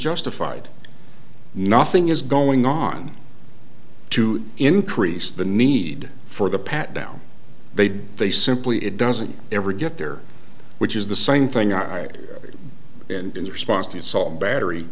justified nothing is going on to increase the need for the pat down they did they simply it doesn't ever get there which is the same thing i did and in response to assault battery